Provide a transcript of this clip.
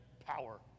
power